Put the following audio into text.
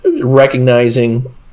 Recognizing